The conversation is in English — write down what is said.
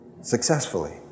Successfully